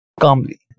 calmly